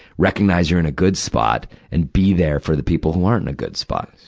recognize you're in a good spot, and be there for the people who aren't in a good spot.